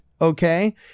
Okay